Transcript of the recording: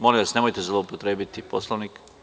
Molim vas, nemojte zloupotrebiti Poslovnik.